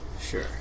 Sure